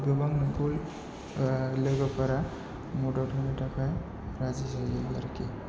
गोबां लोगोफोरा मदद होनो थाखाय राजि जायो आरोखि